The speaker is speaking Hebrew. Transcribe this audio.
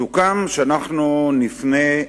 סוכם שאנחנו נפנה,